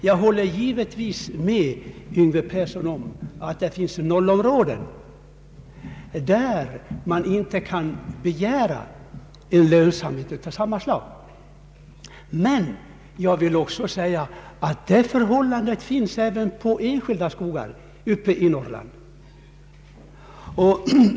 Jag håller givetvis med herr Yngve Persson om att det finns nollområden där man inte kan begära någon lönsamhet av samma slag, men jag vill också säga att förhållandet är detsamma även när det gäller enskilda skogar uppe i Norrland.